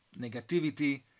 negativity